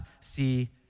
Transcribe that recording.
see